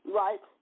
right